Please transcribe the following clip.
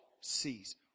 sees